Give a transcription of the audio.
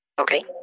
Okay